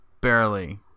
Barely